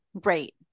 great